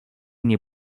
nie